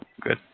good